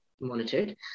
monitored